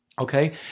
Okay